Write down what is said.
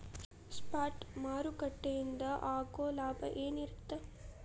Spot ಮಾರುಕಟ್ಟೆಯಿಂದ ಆಗೋ ಲಾಭ ಏನಿರತ್ತ?